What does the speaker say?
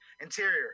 Interior